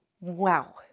Wow